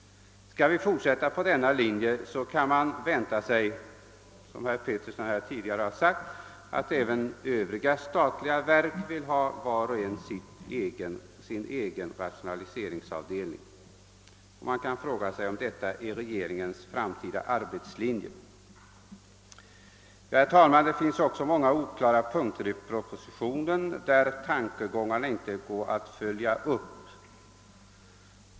Skall vi fortsätta på denna linje kan man vänta sig, såsom herr Petersson här tidigare har sagt, att även övriga statliga verk vill ha var sin egen rationaliseringsavdelning. Man kan fråga sig om detta är regeringens framtida arbetslinje. Herr talman! Det finns också många oklara punkter i propositionen, där tankegångarna inte går att följa upp.